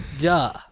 duh